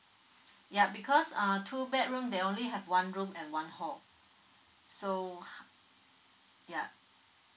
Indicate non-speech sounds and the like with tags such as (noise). (breath) ya because uh two bedroom they only have one room and one hall so (breath) ya